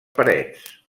parets